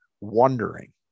wondering